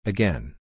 Again